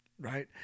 right